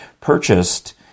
purchased